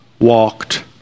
walked